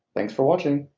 thanks for watching!